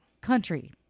country